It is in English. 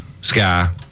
Sky